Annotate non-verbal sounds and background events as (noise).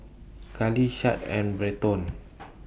Carlee Shad and Berton (noise)